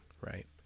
right